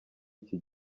iki